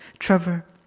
trevor,